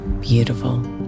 beautiful